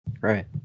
Right